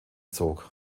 zog